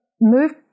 move